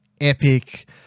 epic